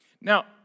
Now